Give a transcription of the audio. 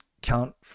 count